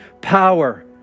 power